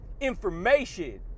information